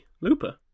Looper